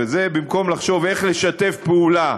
וזה במקום לחשוב איך לשתף פעולה,